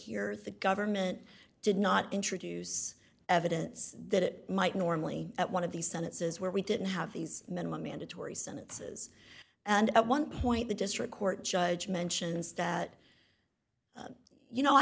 here the government did not introduce evidence that it might normally at one of the sentences where we didn't have these minimum mandatory sentences and at one point the district court judge mentions that you know i